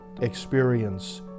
experience